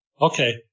Okay